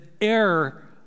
air